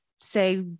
say